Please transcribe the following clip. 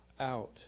out